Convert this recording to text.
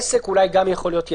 בעסק אולי זה גם יכול להיות יעיל.